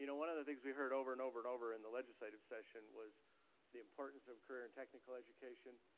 you know one of the things we heard over and over and over in the legislative session was the importance of career and technical education.